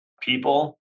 people